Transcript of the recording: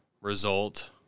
result